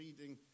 reading